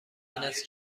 است